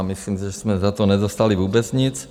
Myslím si, že jsme za to nedostali vůbec nic.